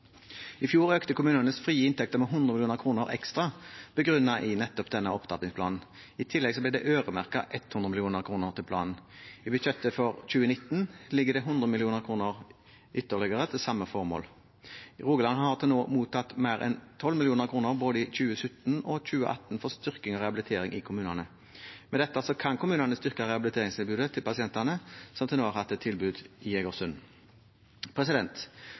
I fjor økte vi kommunenes frie inntekter med 100 mill. kr ekstra begrunnet med nettopp denne opptrappingsplanen. I tillegg ble det øremerket 100 mill. kr til planen. I budsjettet for 2019 ligger det ytterligere 100 mill. kr til samme formål. Rogaland har til nå mottatt mer enn 12 mill. kr både i 2017 og i 2018 for å styrke rehabiliteringen i kommunene. Med dette kan kommunene styrke rehabiliteringstilbudet til pasientene som til nå har hatt et tilbud i